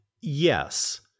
Yes